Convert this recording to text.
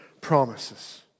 promises